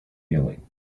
feeling